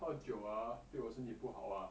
喝酒 ah 对我身体不好 ah